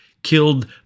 killed